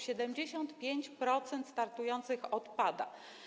75% startujących odpada.